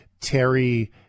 Terry